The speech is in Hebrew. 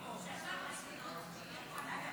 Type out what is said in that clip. בוועדת